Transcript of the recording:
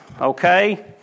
Okay